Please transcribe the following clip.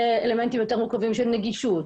לאלמנטים יותר מורכבים של נגישות,